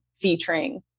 featuring